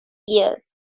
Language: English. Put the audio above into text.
years